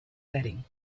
setting